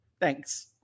Thanks